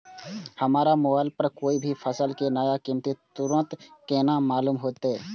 हमरा मोबाइल पर कोई भी फसल के नया कीमत तुरंत केना मालूम होते?